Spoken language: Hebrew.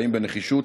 והאם בנחישות,